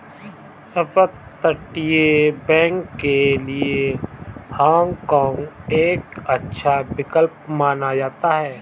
अपतटीय बैंक के लिए हाँग काँग एक अच्छा विकल्प माना जाता है